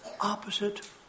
opposite